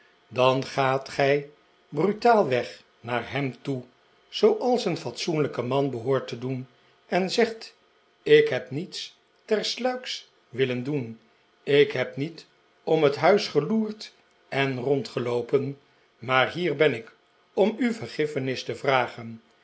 dan gaat gij brutaalweg naar hem toe zooals een fatsoenlijk man behoort te doen en zegt ik heb niets tersluiks willen doen ik heb niet om het huis geloerd en rondgeloopen maar hier ben ik om u vergiffenis te vragen